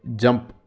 jump